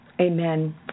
Amen